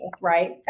right